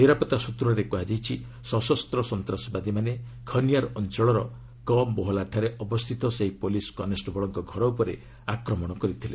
ନିରାପତ୍ତା ସୂତ୍ରରେ କୁହାଯାଇଛି ସଶସ୍ତ ସନ୍ତ୍ରାସବାଦୀ ମାନେ ଖନିଆର ଅଞ୍ଚଳର କ ମୋହଲାରେ ଅବସ୍ଥିତ ସେହି ପୁଲିସ କନଷ୍ଟେବଳଙ୍କ ଘର ଉପରେ ଆକ୍ରମଣ କରିଥିଲେ